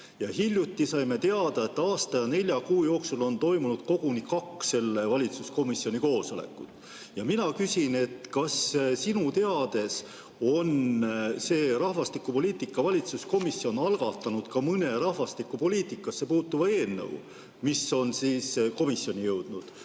Hiljuti saime teada, et aasta ja nelja kuu jooksul on toimunud koguni kaks selle valitsuskomisjoni koosolekut. Mina küsin: kas sinu teada on see rahvastikupoliitika valitsuskomisjon algatanud ka mõne rahvastikupoliitikasse puutuva eelnõu, mis on parlamendi komisjoni jõudnud?